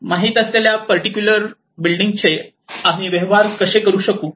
माहित असलेल्या पर्टिक्युलर बिल्डिंगचे आम्ही व्यवहार कसे करू शकू